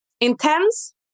Intense